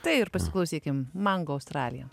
tai ir pasiklausykim mango australija